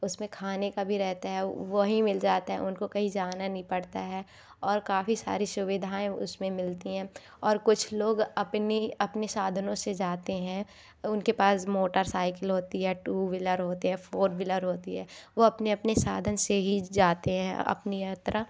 उसमें खाने का भी रहता है वहीं मिल जाते हैं उनको कहीं जाना नहीं पड़ता है और काफ़ी सारी सुविधाएँ उसमें मिलती हैं और कुछ लोग अपनी अपनी साधनों से जाते हैं उनके पास मोटरसाइकिल होती है टू व्हीलर होती है फोर व्हीलर होती है वह अपने अपने साधन से ही जाते हैं अपनी यात्रा